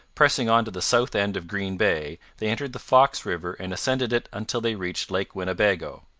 pressing on to the south end of green bay, they entered the fox river and ascended it until they reached lake winnebago.